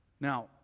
Now